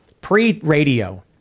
Pre-radio